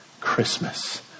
Christmas